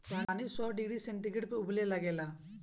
पानी सौ degree centigrade पर उबले लागेला